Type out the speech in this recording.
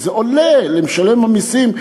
זה עולה למשלם המסים,